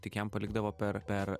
tik jam palikdavo per per